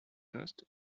cost